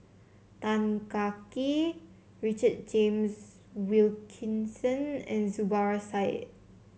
Tan Kah Kee Richard James Wilkinson and Zubir Said